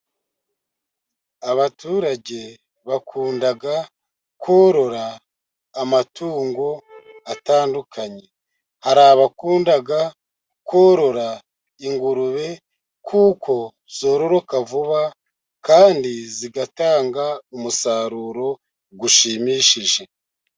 Abaturage bakunda korora amatungo atandukanye, hari abakunda korora ingurube, kuko zororoka vuba kandi zitanga umusaruro ushimishije.